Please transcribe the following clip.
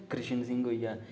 कृष्ण सिंह होई गेआ